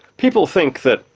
people think that.